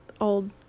old